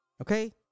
Okay